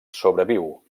sobreviu